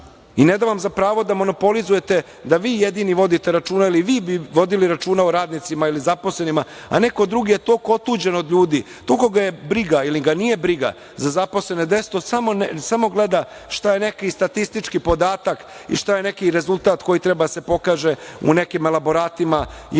Ne dam vam za pravo da monopolizujete da vi jedini vodite računa ili vi bi vodili računa o radnicima i zaposlenima, a neko drugi je toliko otuđen od ljudi, toliko ga je briga, ili ga nije briga za zaposlene, samo gleda šta je neki statistički podatak i šta je neki rezultat koji treba da se pokaže u nekim elaboratima ili